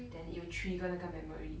then it will trigger 那个 memory